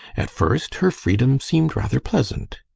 at first her freedom seemed rather pleasant.